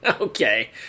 Okay